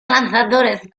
lanzadores